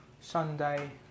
Sunday